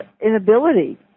inability